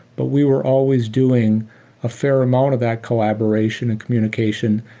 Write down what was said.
but we were always doing a fair amount of that collaboration and communication,